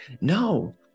No